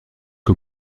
que